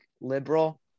liberal